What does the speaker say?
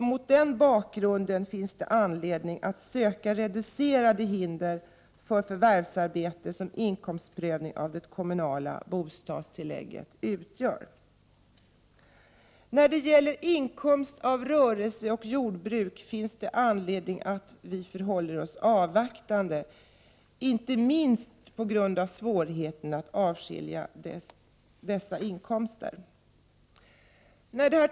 Mot den bakgrunden finns det anledning att söka När det gäller inkomst av rörelse och jordbruk finns det anledning att vi = JT jooddomnme förhåller oss avvaktande, inte minst på grund av svårigheterna att avskilja dessa inkomster. Herr talman!